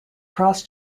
cross